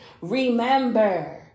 Remember